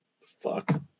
fuck